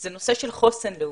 זה נושא של חוסן לאומי.